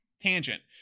Tangent